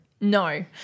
No